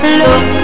look